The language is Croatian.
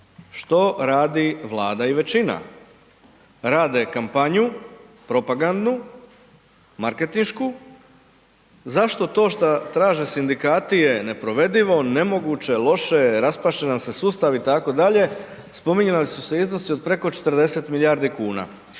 Što radi Vlada i većina? Rade kampanju propagandnu, marketinšku zašto to šta traže sindikati je neprovedivo, nemoguće, loše, raspast će nam se sustav itd., spominjali su se iznosi od preko 40 milijardi kuna.